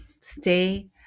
stay